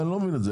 לא מבין את זה.